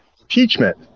impeachment